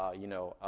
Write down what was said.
ah you know,